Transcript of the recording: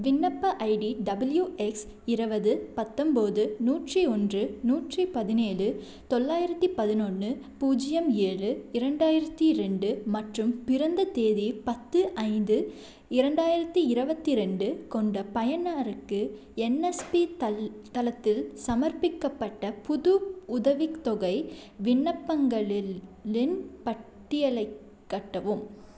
விண்ணப்ப ID W X இருபது பத்தொன்போது நூற்றி ஒன்று நூற்றி பதினேழு தொள்ளாயிரத்தி பதினொன்று பூஜ்யம் ஏழு இரண்டாயிரத்தி ரெண்டு மற்றும் பிறந்த தேதி பத்து ஐந்து இரண்டாயிரத்தி இருபத்தி இரண்டு கொண்ட பயனருக்கு என்எஸ்பி தள தளத்தில் சமர்ப்பிக்கப்பட்ட புது உதவித்தொகை விண்ணப்பங்களில் ளின் பட்டியலைக் காட்டவும்